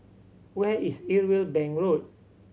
where is Irwell Bank Road